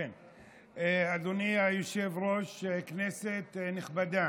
אדוני היושב-ראש, כנסת נכבדה,